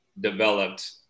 developed